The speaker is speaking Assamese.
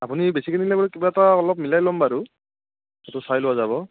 আপুনি বেছিকৈ নিলে বাৰু কিবা এটা অলপ মিলাই ল'ম বাৰু সেইটো চাই লোৱা যাব